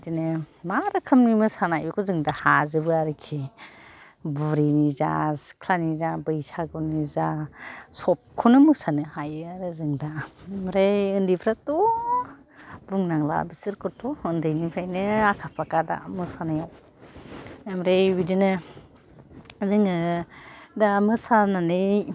बिदिनो मा रोखोमनि मोसानाय बेखौ जों दा हाजोबो आरोखि बुरिनि जा सिख्लानि जा बैसागुनि जा सबखौनो मोसानो हायो आरो जों दा ओमफ्राय उन्दैफ्राथ' बुंनांला बिसोरखौथ' उन्दैनिफ्रायनो आखा फाखा दा मोसानायाव ओमफ्राय बिदिनो जोङो दा मोसानानै